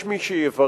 יש מי שיברר,